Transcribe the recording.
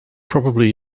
probably